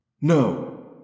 No